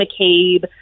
McCabe